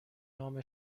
نام